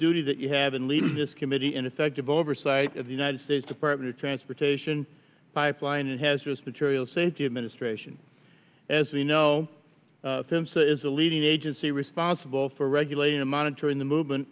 duty that you have in leading this committee in effective oversight of the united states department of transportation pipeline and has just material safety administration as you know him say is the leading agency responsible for regulating and monitoring the movement